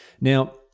Now